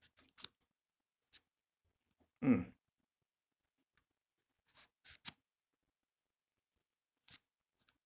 mm